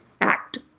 act